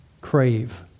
crave